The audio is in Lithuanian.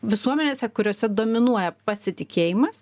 visuomenėse kuriose dominuoja pasitikėjimas